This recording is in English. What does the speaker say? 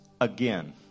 again